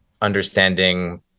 understanding